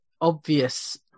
obvious